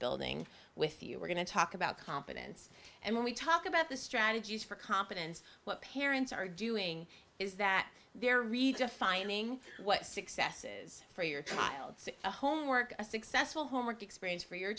building with you we're going to talk about confidence and when we talk about the strategies for confidence what parents are doing is that they're redefining what successes for your child's homework a successful homework experience for your